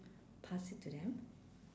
pass it to them